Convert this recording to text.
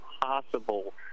possible